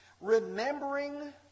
Remembering